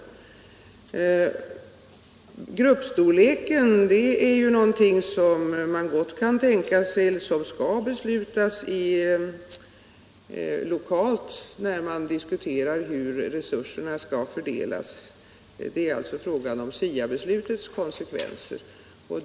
Vad beträffar gruppstorleken kan man gott tänka sig att det är någonting som skall beslutas lokalt vid diskussionerna om hur resurserna skall fördelas. Det gäller alltså SIA-beslutets konsekvenser.